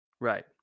Right